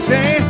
Say